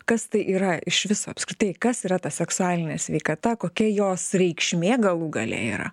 kas tai yra išviso apskritai kas yra ta seksualinė sveikata kokia jos reikšmė galų gale yra